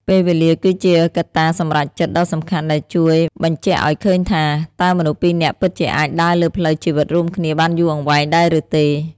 ពេលវេលាគឺជាកត្តាសម្រេចចិត្តដ៏សំខាន់ ដែលជួយបញ្ជាក់ឱ្យឃើញថា តើមនុស្សពីរនាក់ពិតជាអាចដើរលើផ្លូវជីវិតរួមគ្នាបានយូរអង្វែងដែរឬទេ។